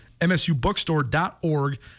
msubookstore.org